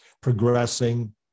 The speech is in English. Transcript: progressing